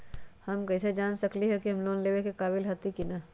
हम कईसे जान सकली ह कि हम लोन लेवे के काबिल हती कि न?